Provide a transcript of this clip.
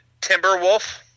Timberwolf